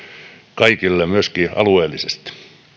kaikille myöskin alueellisesti